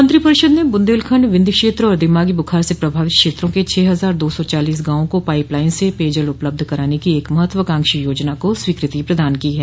मंत्रिपरिषद ने बुन्देलखंड विन्ध्य क्षेत्र और दिमागी बुखार से प्रभावित क्षेत्रों के छह हजार दो सौ चालीस गांवों को पाइप लाइन से पेयजल उपलब्ध कराने की एक महत्वाकांक्षी योजना को स्वीकृति प्रदान की है